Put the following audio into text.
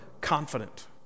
confident